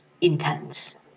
intense